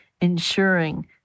ensuring